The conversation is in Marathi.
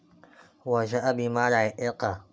वर्षाचा बिमा रायते का?